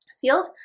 field